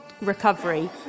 recovery